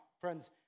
friends